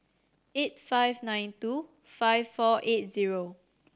eight five nine two five four eight zero